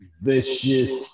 vicious